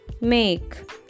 Make